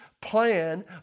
plan